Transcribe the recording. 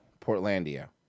Portlandia